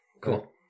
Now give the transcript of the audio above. cool